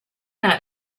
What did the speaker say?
not